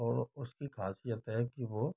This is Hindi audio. और उसकी खासियत है कि वो